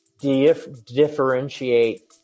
differentiate